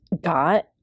got